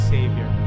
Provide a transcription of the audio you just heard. Savior